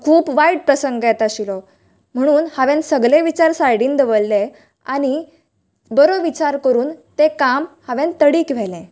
खूब वायट प्रसंग येता आशिल्लो म्हणून हांवे सगले विचार सायडीन दवरले आनी बरो विचार करून तें काम हांवेन तडीक व्हेले